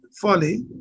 folly